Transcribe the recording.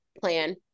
plan